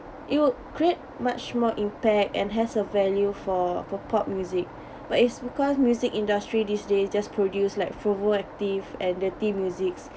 it would create much more impact and has a value for for pop music but it's because music industry these days just produce like and dirty musics